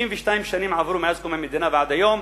62 שנים עברו מאז קום המדינה ועד היום,